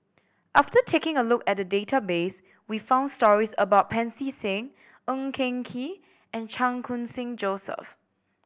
after taking a look at the database we found stories about Pancy Seng Ng Eng Kee and Chan Khun Sing Joseph